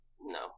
No